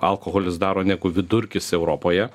alkoholis daro negu vidurkis europoje